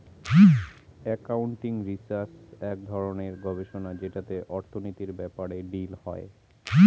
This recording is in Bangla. একাউন্টিং রিসার্চ এক ধরনের গবেষণা যেটাতে অর্থনীতির ব্যাপারে ডিল হয়